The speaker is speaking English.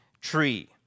tree